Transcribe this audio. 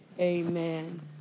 Amen